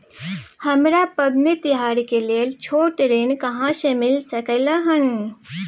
हमरा पबनी तिहार के लेल छोट ऋण कहाँ से मिल सकलय हन?